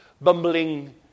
bumbling